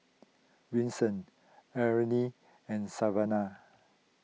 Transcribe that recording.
Wilson Arnett and Savana